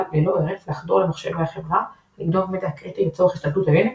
ללא הרף לחדור למחשבי החברה לגנוב מידע קריטי לצורך השתלטות עוינת,